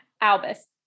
Albus